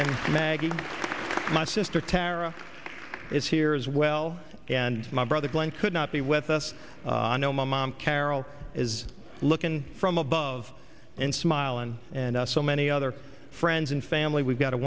maggie my sister tara is here as well and my brother glen could not be with us i know my mom carol is looking from above and smile and and us so many other friends and family we've got a